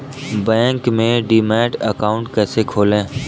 Bank में demat account कैसे खोलें?